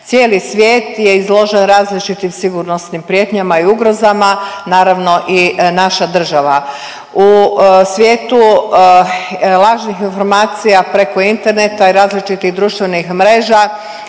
Cijeli svijet je izložen različitim sigurnosnim prijetnjama i ugrozama, naravno i naša država. U svijetu lažnih informacija preko interneta i različitih društvenih